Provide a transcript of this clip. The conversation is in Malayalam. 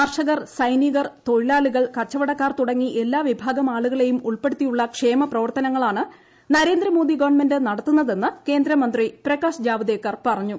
കർഷകർ സൈനികർ തൊഴിലാളികൾ കച്ചവടക്കാർ തുടങ്ങി എല്ലാ വിഭാഗം ആളുകളെയും ഉൾപ്പെടുത്തിയുള്ള ക്ഷേമ പ്രവർത്തനങ്ങളാണ് നരേന്ദ്ര മോദി ഗവൺമെന്റ് നടത്തുന്നതെന്ന് കേന്ദ്രമന്ത്രി പ്രകാശ് ജാവ്ദേക്കർ പറഞ്ഞു